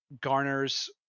garners